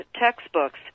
textbooks